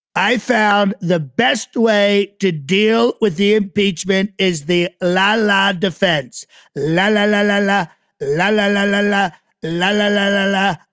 i found the best way to deal with the impeachment is the la la defense la la la la la la la la la la la la la la la.